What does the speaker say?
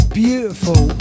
beautiful